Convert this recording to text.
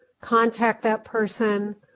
contact that person,